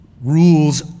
rules